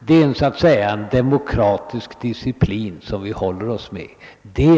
Detta är partiets ståndpunkt. Det är en demokratisk disciplin som vi håller oss med.